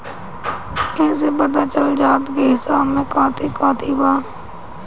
एसे पता चल जाला की हिसाब में काथी काथी बा